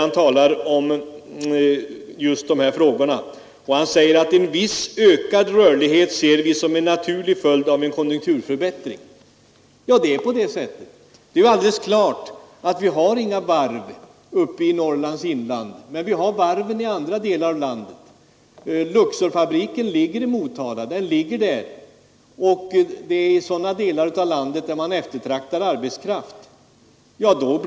Han talar där om dessa frågor och säger: "Viss ökad rörlighet ser vi som en naturlig följd av en konjunkturförbättring.” Det är på det sättet. Vi har inga varv i Norrlands inland, utan vi har varven i andra delar av landet. Luxorfabriken ligger i Motala. Det är i sådana delar av landet man eftertraktar arbetskraft.